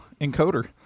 encoder